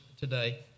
today